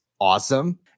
Awesome